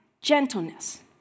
gentleness